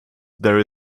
there